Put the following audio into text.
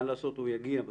מה לעשות, הוא יגיע בסוף,